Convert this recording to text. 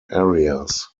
areas